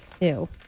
Ew